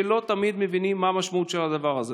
שלא תמיד מבינה מה המשמעות של הדבר הזה.